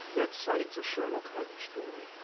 let's say it's a sherlock holmes story.